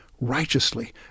righteously